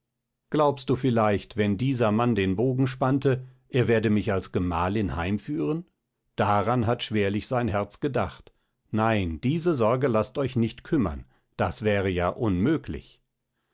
glaubst du vielleicht wenn dieser mann den bogen spannte er werde mich als gemahlin heimführen daran hat schwerlich sein herz gedacht nein diese sorge laßt euch nicht kümmern das wäre ja unmöglich